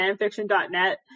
fanfiction.net